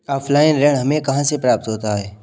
Offline ऋण हमें कहां से प्राप्त होता है?